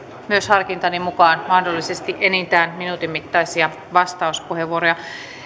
harkintani mukaan myönnän myös enintään yhden minuutin mittaisia vastauspuheenvuoroja